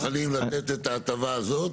אז אתם מוכנים לתת את ההטבה הזאת?